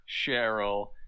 Cheryl